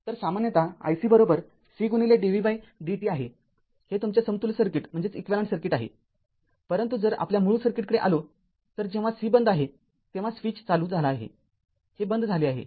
तर सामान्यतः iCcdvdt आहे हे तुमचे समतुल्य सर्किट आहे परंतु जर आपल्या मूळ सर्किटकडे आलो तर जेव्हा c बंद झाले आहेजेव्हा स्विच चालू झाला आहे हे बंद झाले आहे